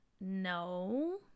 No